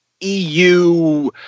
EU